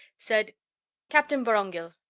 said captain vorongil,